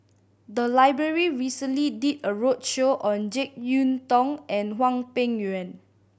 the library recently did a roadshow on Jek Yeun Thong and Hwang Peng Yuan